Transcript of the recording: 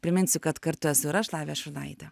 priminsiu kad kartu esu ir aš lavija šurnaitė